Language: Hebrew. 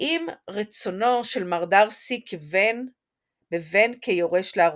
ועם רצונו של מר דארסי בבן כיורש לאחוזתו.